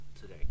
today